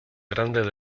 grande